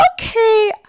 okay